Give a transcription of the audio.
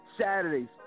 Saturdays